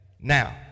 Now